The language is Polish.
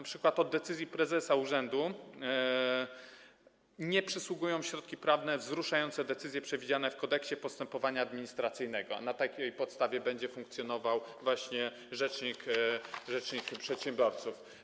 Np. od decyzji prezesa urzędu nie przysługują środki prawne wzruszające decyzje przewidziane w Kodeksie postępowania administracyjnego, a na takiej podstawie będzie funkcjonował rzecznik przedsiębiorców.